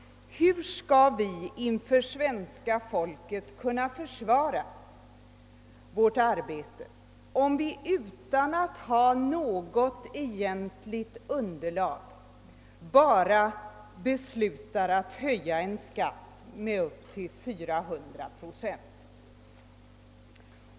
Hur skall vi inför svenska folket kunna försvara vårt arbete, om vi utan att ha något egentligt underlag bara beslutar att höja en skatt med upp till 400 procent?